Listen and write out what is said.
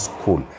School